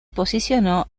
posicionó